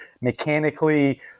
mechanically